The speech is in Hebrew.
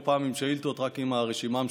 פעם עם שאילתות רק עם הרשימה המשותפת,